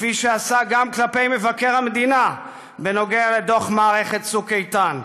כפי שעשה גם כלפי מבקר המדינה בנוגע לדוח מערכת צוק איתן,